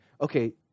okay